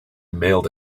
mailed